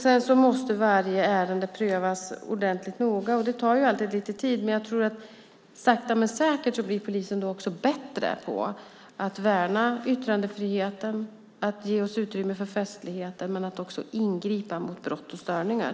Sedan måste varje ärende prövas ordentligt noga, och det tar ju alltid lite tid, men jag tror att sakta men säkert blir polisen då också bättre på att värna yttrandefriheten, att ge oss utrymme för festligheter men också att ingripa mot brott och störningar.